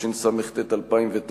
התשס"ט 2009,